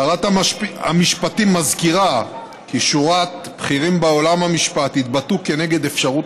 שרת המשפטים מזכירה כי שורת בכירים בעולם המשפט התבטאו כנגד אפשרות